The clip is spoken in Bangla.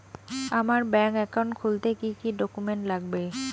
আমার ব্যাংক একাউন্ট খুলতে কি কি ডকুমেন্ট লাগবে?